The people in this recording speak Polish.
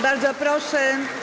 Bardzo proszę.